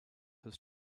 his